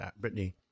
britney